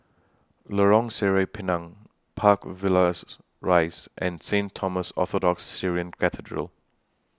Lorong Sireh Pinang Park Villas Rise and Saint Thomas Orthodox Syrian Cathedral